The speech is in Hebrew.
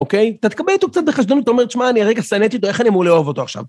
אוקיי? אתה תקבל איתו קצת בחשדנות, זאת אומרת, שמע, אני הרגע שנאתי אותו, איך אני אמור לאהוב אותו עכשיו?